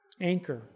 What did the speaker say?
anchor